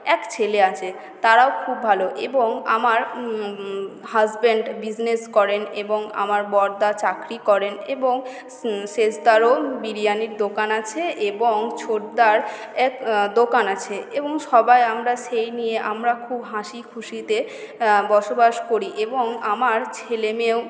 এক ছেলে আছে তাঁরাও খুব ভালো এবং আমার উমমম হাসবেন্ড বিজনেস করেন এবং আমার বড়দা চাকরি করেন এবং সে সেজদারও বিরিয়ানীর দোকান আছে এবং ছোড়দার এক দোকান আছে এবং সবাই আমরা সেই নিয়ে আমরা খুব হাসি খুশিতে আ বসবাস করি এবং আমার ছেলে মেয়েও